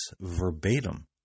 verbatim